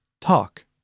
Talk